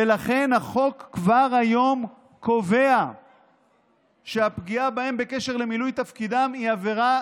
ולכן החוק כבר היום קובע שהפגיעה בהם בקשר למילוי תפקידם היא עבירה